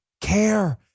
care